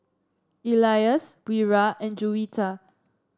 Elyas Wira and Juwita